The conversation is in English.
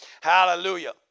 Hallelujah